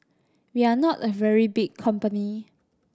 we are not a very big company